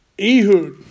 Ehud